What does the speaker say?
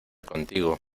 contigo